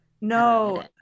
No